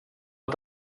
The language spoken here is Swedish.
att